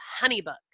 HoneyBook